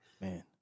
Man